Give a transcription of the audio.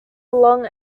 long